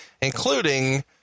including